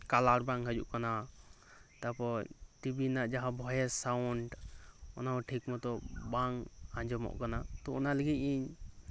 colour ᱵᱟᱝ ᱦᱤᱡᱩᱜ ᱠᱟᱱᱟ ᱛᱟᱯᱚᱨ ᱴᱤᱵᱷᱤ ᱨᱮᱭᱟᱜ ᱡᱟᱦᱟᱸ ᱵᱷᱚᱭᱮᱥ ᱥᱟᱣᱩᱱ ᱚᱱᱟᱦᱚᱸ ᱴᱷᱤᱠ ᱢᱚᱛᱚ ᱵᱟᱝ ᱟᱸᱡᱚᱢᱚᱜ ᱠᱟᱱᱟ ᱛᱚ ᱚᱱᱟ ᱞᱟᱹᱜᱤᱫ ᱤᱧ